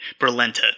Berlenta